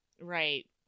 Right